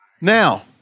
Now